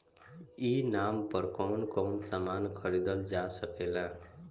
ई नाम पर कौन कौन समान खरीदल जा सकेला?